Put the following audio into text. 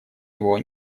его